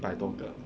一百多个